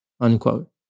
unquote